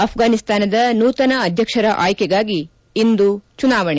ಅಫ್ರಾನಿಸ್ತಾನದ ನೂತನ ಅಧ್ಯಕ್ಷರ ಆಯ್ಕೆಗಾಗಿ ಇಂದು ಚುನಾವಣೆ